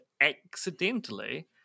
accidentally